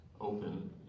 open